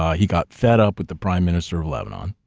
ah he got fed up with the prime minister of lebanon,